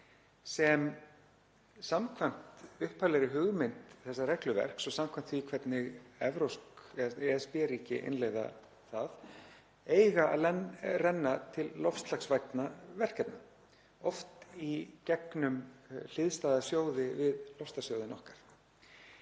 sem samkvæmt upphaflegri hugmynd þessa regluverks og samkvæmt því hvernig ESB-ríki innleiða það eiga að renna til loftslagsvænna verkefna, oft í gegnum hliðstæða sjóði við loftslagssjóðinn okkar.